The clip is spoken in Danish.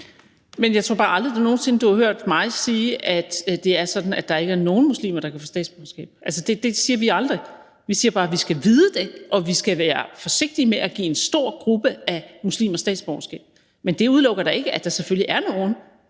Men jeg tror bare aldrig nogen sinde, du har hørt mig sige, at det er sådan, at der ikke er nogen muslimer, der kan få statsborgerskab. Altså, det siger vi aldrig. Vi siger bare, at vi skal vide det og vi skal være forsigtige med at give en stor gruppe af muslimer statsborgerskab. Men det udelukker da ikke, at der selvfølgelig er nogle,